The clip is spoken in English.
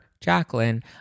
Jacqueline